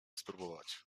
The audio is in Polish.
spróbować